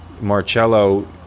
Marcello